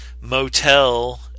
motel